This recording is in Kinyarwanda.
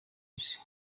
isi